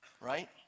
Right